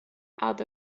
out